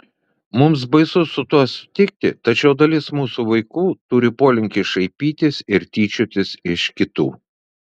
mums baisu su tuo sutikti tačiau dalis mūsų vaikų turi polinkį šaipytis ir tyčiotis iš kitų